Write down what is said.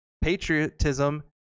patriotism